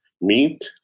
meat